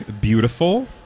beautiful